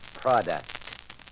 product